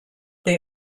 they